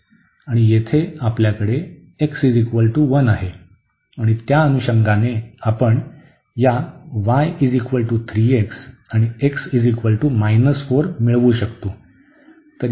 तर येथे आपल्याकडे x 1 आहे आणि त्या अनुषंगाने आपण या y 3x आणि x 4 मिळवू शकतो